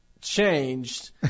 changed